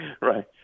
Right